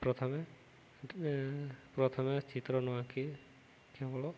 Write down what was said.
ପ୍ରଥମେ ପ୍ରଥମେ ଚିତ୍ର ନ ଆଙ୍କି କେବଳ